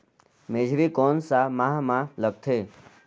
मेझरी कोन सा माह मां लगथे